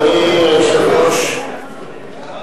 אדוני היושב-ראש,